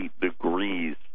degrees